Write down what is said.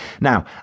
Now